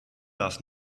darf